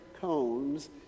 cones